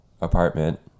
apartment